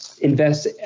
invest